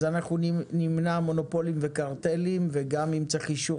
אז אנחנו נמנע מונופולים וקרטלים וגם אם צריך אישור